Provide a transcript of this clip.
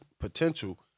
potential